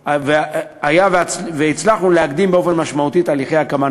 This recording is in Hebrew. אם היינו מצליחים להקדים באופן משמעותי את תהליכי ההקמה.